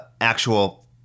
actual